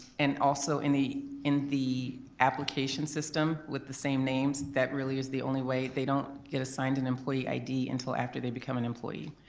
and also, in the in the application system with the same names, that really is the only way. they don't get assigned an employee id until after they become an employee.